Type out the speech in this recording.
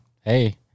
hey